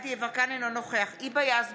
דסטה גדי יברקן, אינו נוכח היבה יזבק,